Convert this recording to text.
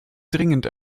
dringend